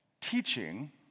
teaching